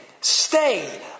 stay